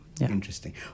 Interesting